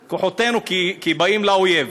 "כוחותינו", כי באים לאויב,